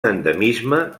endemisme